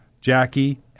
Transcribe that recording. Jackie